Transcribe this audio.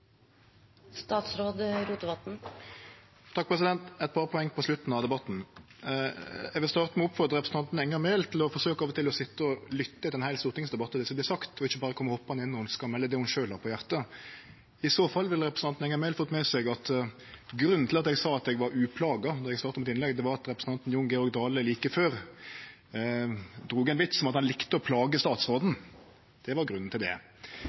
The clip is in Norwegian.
Eit par poeng på slutten av debatten: Eg vil starte med å oppmode representanten Enger Mehl til å forsøke av og til å sitje og lytte til ein heil stortingsdebatt og det som vert sagt, og ikkje berre kome hoppande inn når ho skal melde det ho sjølv har på hjartet. I så fall ville representanten Enger Mehl ha fått med seg at grunnen til at eg sa at eg var uplaga då eg starta mitt innlegg, var at representanten Jon Georg Dale like før drog ein vits om at han likte å plage statsråden. Det var grunnen til det.